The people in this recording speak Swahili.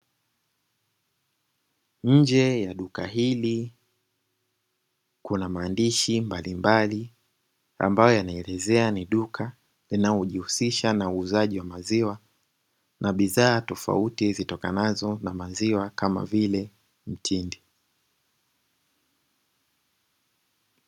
Nje ya duka hili kuna maandishi mbalimbali ambayo yanaelezea ni duka linaojihusisha na uuzaji wa maziwa na bidhaa tofauti zitokanazo na maziwa kama vile mtindi.